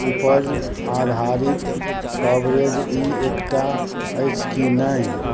उपज आधारित कवरेज एकटा अछि की नहि